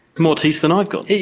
more teeth than i've got.